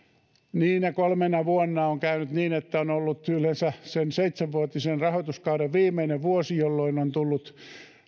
niinä kolmena vuonna on käynyt niin että on ollut yleensä sen seitsenvuotisen rahoituskauden viimeinen vuosi jolloin on tullut